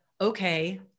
okay